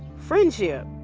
friendship.